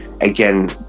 Again